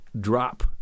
drop